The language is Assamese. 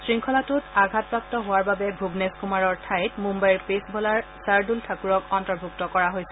শৃংখলাটোত আঘাতপ্ৰাপ্ত হোৱাৰ বাবে ভূৱনেশ কুমাৰৰ ঠাইত মুঘ়াইৰ পেচ বলাৰ চাৰদুল ঠাকূৰক অন্তৰ্ভুক্ত কৰা হৈছে